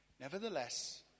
nevertheless